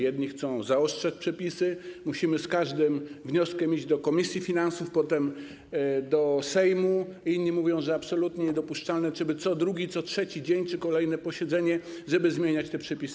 Jedni chcą zaostrzać przepisy, musimy z każdym wnioskiem iść do komisji finansów, potem do Sejmu, inni mówią, że jest absolutnie niedopuszczalne, żeby co drugi, co trzeci dzień było kolejne posiedzenie, żeby zmieniać te przepisy.